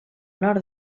nord